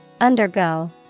Undergo